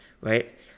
right